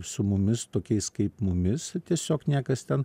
su mumis tokiais kaip mumis tiesiog niekas ten